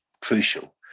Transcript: crucial